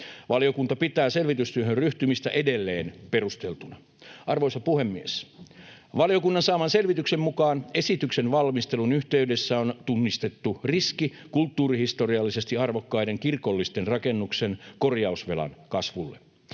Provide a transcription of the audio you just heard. Valiokunta pitää selvitystyöhön ryhtymistä edelleen perusteltuna. Arvoisa puhemies! Valiokunnan saaman selvityksen mukaan esityksen valmistelun yhteydessä on tunnistettu riski kulttuurihistoriallisesti arvokkaiden kirkollisten rakennusten korjausvelan kasvulle.